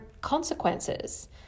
consequences